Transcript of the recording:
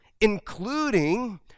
including